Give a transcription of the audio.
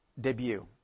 Debut